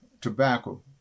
tobacco